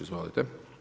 Izvolite.